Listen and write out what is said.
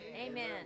Amen